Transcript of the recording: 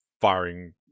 firing